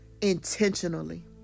intentionally